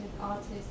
artists